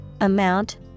amount